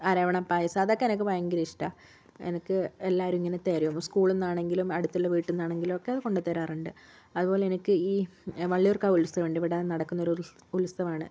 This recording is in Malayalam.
അരവണ പായസം അതൊക്കെ എനക്ക് ഭയങ്കര ഇഷ്ടമാണ് എനക്ക് എല്ലാരും ഇങ്ങനെ തരും സ്കൂളിന്നാണെങ്കിലും അടുത്തുള്ള വീട്ട്ന്നാണെങ്കിലും ഒക്കെ അത് കൊണ്ടുതരാറുണ്ട് അത്പോലെ എനക്ക് ഈ വള്ളിയ്യൂർക്കാവ് ഉത്സവമുണ്ട് ഇവിടെ നടക്കുന്ന ഒരു ഒരുത്സവാണ്